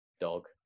dog